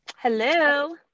Hello